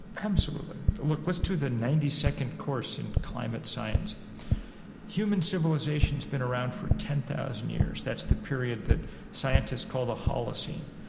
absolutely. look, let's do the ninety second course in climate science human civilization has been around for ten thousand years. that's the period that scientists call the holocene.